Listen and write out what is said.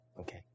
Okay